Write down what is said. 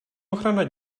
ochrana